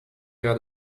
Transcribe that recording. had